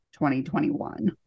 2021